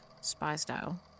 spy-style